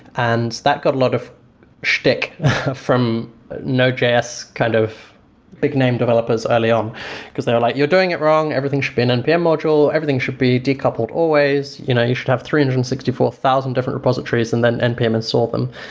and that got a lot of stick from node js kind of big name developers early um because they were like, you're doing it wrong. everything should be an npm module, everything should be decoupled always, you know you should have three hundred and sixty four thousand different repositories and then npm and solve them.